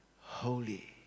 Holy